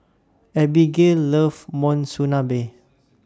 Abigayle loves Monsunabe